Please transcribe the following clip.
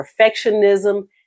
perfectionism